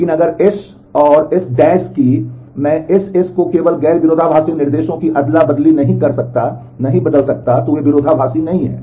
लेकिन अगर एस और एस कि मैं एस एस को केवल गैर विरोधाभासी निर्देशों की अदला बदली करके नहीं बदल सकता तो वे विरोधाभासी नहीं हैं